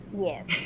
Yes